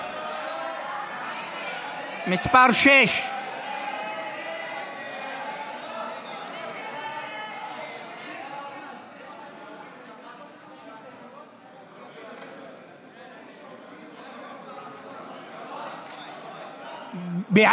מס' 6. הסתייגות 6 לא נתקבלה.